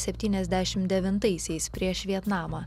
septyniasdešim devintaisiais prieš vietnamą